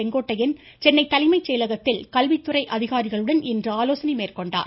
செங்கோட்டையன் சென்னை தலைமை செயலகத்தில் கல்வித்துறை அதிகாரிகளுடன் இன்று ஆலோசனை மேற்கொண்டார்